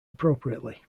appropriately